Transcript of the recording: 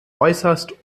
äußerst